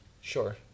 Sure